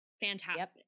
Fantastic